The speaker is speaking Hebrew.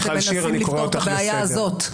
אתם מנסים לפתור את הבעיה הזאת.